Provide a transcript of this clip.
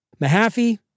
Mahaffey